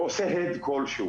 עושה הד כלשהו.